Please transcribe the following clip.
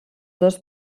dos